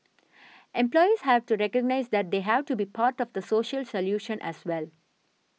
employers have to recognise that they have to be part of the social solution as well